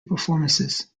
performances